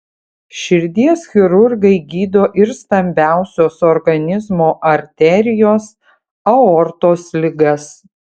širdies chirurgai gydo ir stambiausios organizmo arterijos aortos ligas